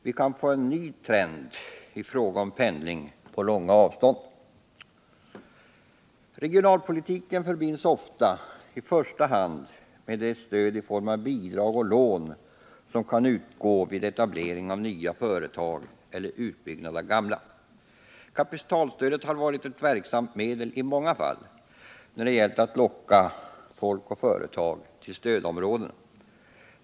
Vi kan få en ny trend i fråga om pendling vid långa avstånd. Regionalpolitiken förbinds ofta i första hand med det stöd i form av bidrag och lån som kan utgå vid etablering av nya företag eller utbyggnad av gamla. Kapitalstödet har varit ett verksamt medel i många fall, när det gällt att locka folk och företag till stödområdena.